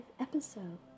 Episode